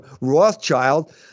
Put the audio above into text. Rothschild